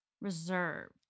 reserved